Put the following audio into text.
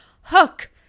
Hook